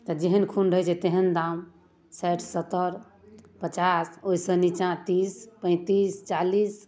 तऽ जेहन खून रहै छै तेहन दाम साठि सत्तर पचास ओइसँ नीचां तीस पैन्तीस चालीस